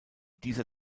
dieser